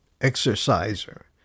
exerciser